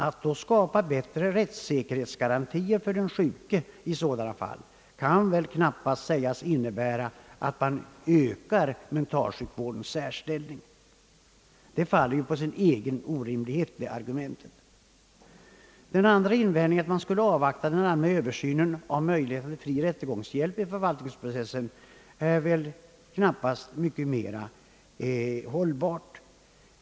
Att skapa bättre rättssäkerhetsgarantier för den sjuke i sådana fall kan väl knappast sägas innebära, att man ytterligare betonar mentalsjukvårdens särställning. Detta argument faller på sin egen orimlighet. Invändningen att man bör avvakta den allmänna översynen av möjligheterna till fri rättegångshjälp i förvaltningsprocessen är knappast mer hållbar.